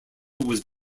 was